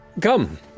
Come